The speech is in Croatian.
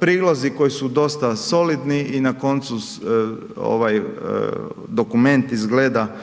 prilozi koji su dosta solidni i na koncu, dokument izgleda